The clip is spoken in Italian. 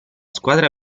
squadra